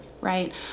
right